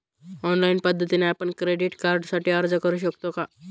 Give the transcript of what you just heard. Online पद्धतीने आपण credit कार्डसाठी अर्ज करु शकतो का?